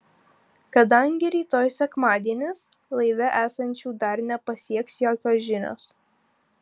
kadangi rytoj sekmadienis laive esančių dar nepasieks jokios žinios